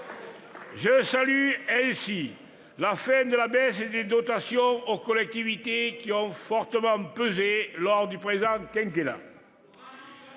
Je salue ainsi la fin de la baisse des dotations aux collectivités, qui a fortement pesé lors du précédent quinquennat.